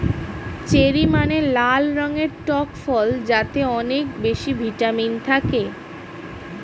cherry মানে লাল রঙের টক ফল যাতে অনেক বেশি ভিটামিন থাকে